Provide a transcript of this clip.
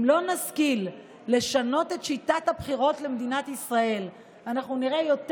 אם לא נשכיל לשנות את שיטת הבחירות במדינת ישראל אנחנו נראה יותר